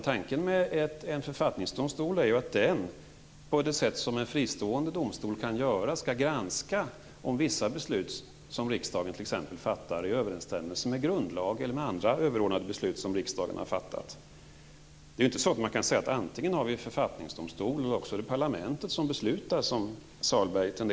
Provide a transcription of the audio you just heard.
Tanken med en författningsdomstol är att den, på det sätt som en fristående domstol kan göra, skall granska om vissa beslut som t.ex. riksdagen fattar är i överensstämmelse med grundlag eller med andra överordnade beslut som riksdagen har fattat. Man kan inte, som Sahlberg tenderar att göra, säga att man antingen har författningsdomstol eller också är det parlamentet som beslutar.